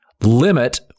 Limit